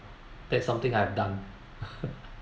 that something that I have done